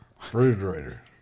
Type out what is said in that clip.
refrigerator